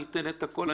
אני אתן את הכול.